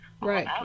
right